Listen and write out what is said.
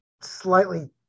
slightly